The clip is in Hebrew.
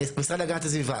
משרד להגנת הסביבה,